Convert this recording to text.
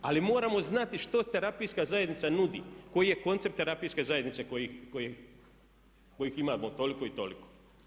Ali moramo znati što terapijska zajednica nudi, koji je koncept terapijske zajednice kojih imamo toliko i toliko.